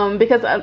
um because, ah